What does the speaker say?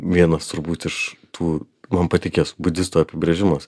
vienas turbūt iš tų man patikęs budistų apibrėžimas